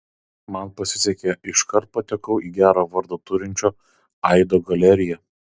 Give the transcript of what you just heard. man pasisekė iškart patekau į gerą vardą turinčią aido galeriją